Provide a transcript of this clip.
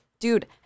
Dude